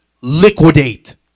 liquidate